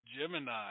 Gemini